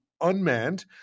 unmanned